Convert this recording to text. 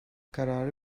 kararı